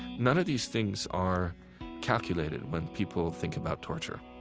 none of these things are calculated when people think about torture